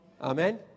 Amen